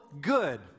good